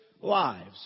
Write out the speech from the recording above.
lives